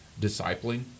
discipling